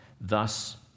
Thus